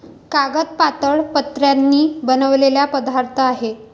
कागद पातळ पत्र्यांनी बनलेला पदार्थ आहे